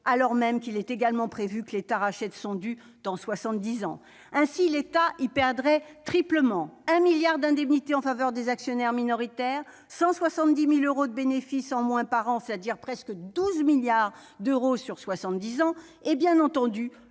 alors même qu'il est également prévu que l'État rachète son dû dans soixante-dix ans. Ainsi., l'État y perdrait triplement : un milliard d'euros d'indemnités en faveur des actionnaires minoritaires ; 170 000 euros de bénéfices en moins par an, c'est-à-dire presque 12 milliards d'euros sur soixante-dix ans ; et, bien entendu,